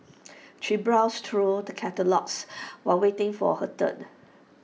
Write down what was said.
she browsed through the catalogues while waiting for her turn